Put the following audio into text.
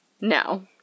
No